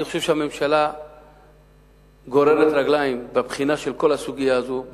אני חושב שהממשלה גוררת רגליים בבחינה של כל הסוגיה הזו,